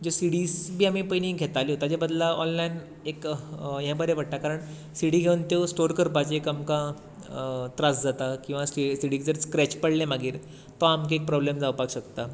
जे CDs बी आमी पयलीं घेताल्यो ताच्या बदला ऑनलायन एक हें बरें पडटा कारण सीडी घेवन त्यो स्टोर करपाचें एक आमकां त्रास जाता किंवां सीडीक जर स्क्रेच पडले मागीर तो आमकां एक प्रोब्लम जावपाक शकता